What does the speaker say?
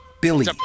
Billy